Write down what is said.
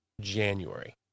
January